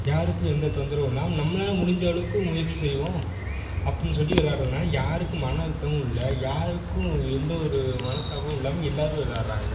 யாருக்கும் எந்த தொந்தரவும் இல்லாமல் நம்மளால முடிஞ்ச அளவுக்கு முயற்சி செய்வோம் அப்புடினு சொல்லி விளாட்றதனால யாருக்கும் மன அழுத்தமும் இல்லை யாருக்கும் எந்த ஒரு மனஸ்தாபமும் இல்லாமல் எல்லாரும் விளாட்றாங்க